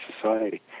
society